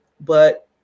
but-